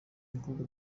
umukobwa